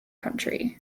country